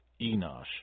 Enosh